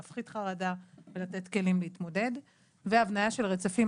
להפחית חרדה ולתת כלים להתמודד והבנייה של רצפים,